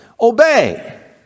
Obey